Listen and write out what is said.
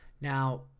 Now